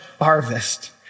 harvest